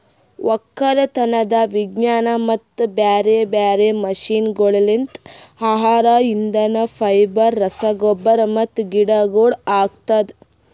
ಒಕ್ಕಲತನದ್ ವಿಜ್ಞಾನ ಮತ್ತ ಬ್ಯಾರೆ ಬ್ಯಾರೆ ಮಷೀನಗೊಳ್ಲಿಂತ್ ಆಹಾರ, ಇಂಧನ, ಫೈಬರ್, ರಸಗೊಬ್ಬರ ಮತ್ತ ಗಿಡಗೊಳ್ ಆಗ್ತದ